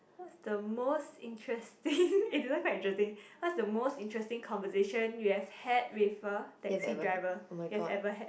what's the most interesting eh this one quite interesting what's the most interesting conversation you have had with a taxi driver you have ever had